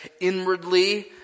inwardly